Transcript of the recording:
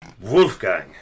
Wolfgang